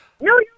No